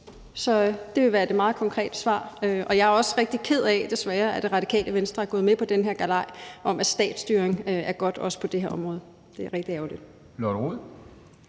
Så det vil være det meget konkrete svar. Og jeg er rigtig ked af, at Radikale Venstre desværre er gået med på den her galej om, at statsstyring er godt også på det her område. Det er rigtig ærgerligt.